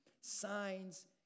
Signs